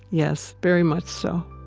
yes, very much so.